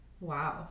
Wow